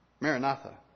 maranatha